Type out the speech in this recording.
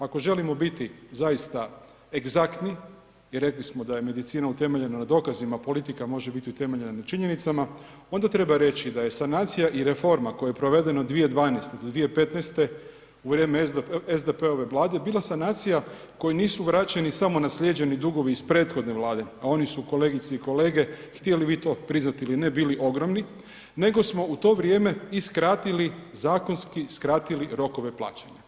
Ako želimo biti zaista egzaktni jer rekli smo da je medicina utemeljena na dokazima, politika može biti utemeljena na činjenicama onda treba reći da je sanacija i reforma koja je provedena 2012. do 2015. u vrijeme SDP-ove vlade bila sanacija u kojoj nisu vraćeni samo naslijeđeni dugovi iz prethodne vlade, a oni su kolegice i kolege, htjeli vi to priznati ili ne, bili ogromni, nego smo u to vrijeme i skratili, zakonski skratili rokove plaćanja.